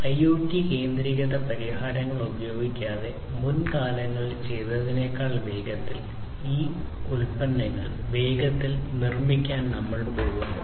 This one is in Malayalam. ഐഒടി കേന്ദ്രീകൃത പരിഹാരങ്ങൾ ഉപയോഗിക്കാതെ മുൻകാലങ്ങളിൽ ചെയ്തതിനേക്കാൾ വേഗത്തിൽ ഈ ഉൽപ്പന്നങ്ങൾ വേഗത്തിൽ നിർമ്മിക്കാൻ നമ്മൾ പോകുന്നു